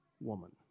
woman